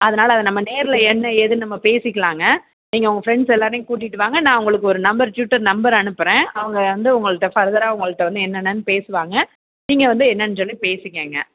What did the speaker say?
அதனால் அது நம்ம நேரில் என்ன ஏதுன்னு நம்ம பேசிக்கலாங்க நீங்கள் உங்கள் ஃப்ரெண்ட்ஸ் எல்லாரையும் கூட்டிகிட்டு வாங்க நான் உங்களுக்கு ஒரு நம்பர் ட்யூட்டர் நம்பர் அனுப்புறேன் அவங்க வந்து உங்கள்கிட்ட ஃபர்தராக உங்கள்கிட்ட வந்து என்னானன்னு பேசுவாங்க நீங்கள் வந்து என்னன்னு சொல்லி பேசிக்கங்க